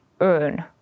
earn